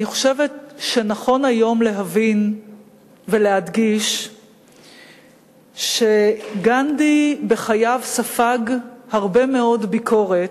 אני חושבת שנכון היום להבין ולהדגיש שבחייו גנדי ספג הרבה מאוד ביקורת,